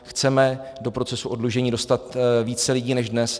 Chceme do procesu oddlužení dostat více lidí než dnes.